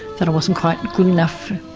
that i wasn't quite good enough.